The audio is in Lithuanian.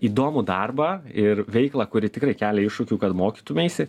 įdomų darbą ir veiklą kuri tikrai kelia iššūkių kad mokytumeisi